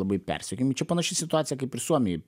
labai persekiojami čia panaši situacija kaip ir suomijoj